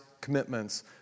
commitments